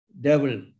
devil